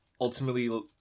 ultimately